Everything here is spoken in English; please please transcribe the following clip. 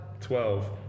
Twelve